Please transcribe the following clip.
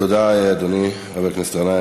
תודה, אדוני, חבר הכנסת גנאים.